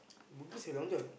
bugis have Long John